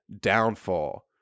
downfall